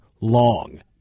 long